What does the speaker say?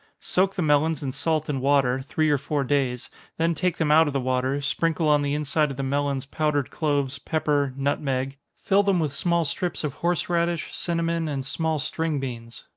soak the melons in salt and water, three or four days then take them out of the water sprinkle on the inside of the melons, powdered cloves, pepper, nutmeg fill them with small strips of horseradish, cinnamon, and small string beans.